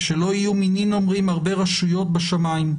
ושלא יהיו מינין אומרים, הרבה רשויות בשמים,